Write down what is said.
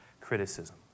criticism